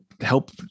help